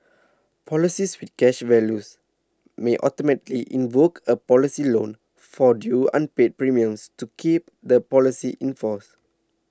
policies with cash values may automatically invoke a policy loan for due unpaid premiums to keep the policy in force